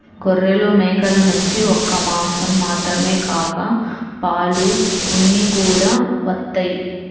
గొర్రెలు, మేకల నుంచి ఒక్క మాసం మాత్రమే కాక పాలు, ఉన్ని కూడా వత్తయ్